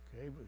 Okay